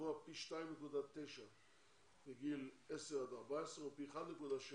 גבוה פי 2.9 מגיל 10 עד 14 ופי 1.6